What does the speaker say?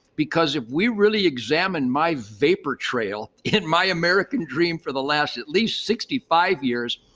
because if we really examine my vapor trail in my american dream for the last at least sixty five years,